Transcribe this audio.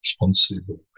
responsible